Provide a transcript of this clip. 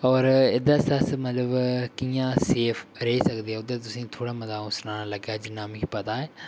होर एह्दे आस्तै अस मतलब कियां सेफ रेही सकदे ओह्दा तुसेंगी थोह्ड़ा मता अ'ऊं सनान लग्गेआ जिन्ना मी पता ऐ